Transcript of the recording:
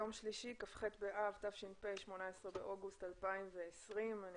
יום שלישי, ה-18 באוגוסט 2020, כ"ח באב תש"ף.